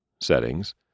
Settings